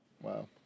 Wow